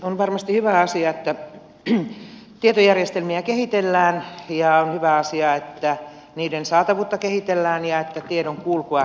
on varmasti hyvä asia että tietojärjestelmiä kehitellään ja on hyvä asia että niiden saatavuutta kehitellään ja että tiedonkulkua kehitellään